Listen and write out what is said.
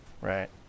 right